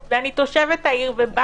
ואני תושבת העיר.